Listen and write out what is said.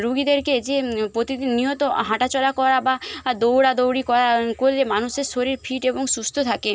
রোগীদেরকে যে প্রতিদিন নিয়ত হাঁটাচলা করা বা দৌড়াদৌড়ি করা করলে মানুষের শরীর ফিট এবং সুস্থ থাকে